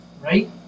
Right